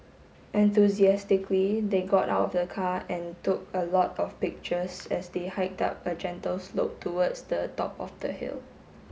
enthusiastically they got out of the car and took a lot of pictures as they hiked up a gentle slope towards the top of the hill